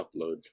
upload